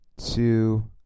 Two